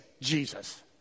Jesus